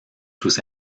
sus